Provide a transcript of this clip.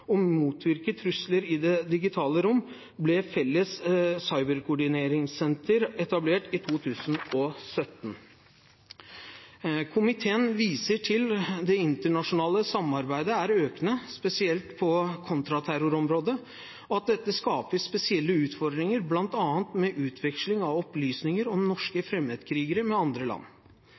motvirke trusler i det digitale rom ble et felles cyberkoordineringssenter etablert i 2017. Komiteen viser til at det internasjonale samarbeidet er økende, spesielt på kontraterrorområdet, og at dette skaper spesielle utfordringer, bl.a. med utveksling av opplysninger om norske fremmedkrigere med andre land.